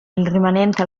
rimanente